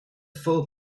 full